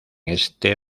este